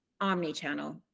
omni-channel